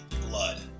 blood